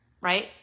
right